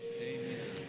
Amen